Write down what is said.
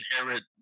inherit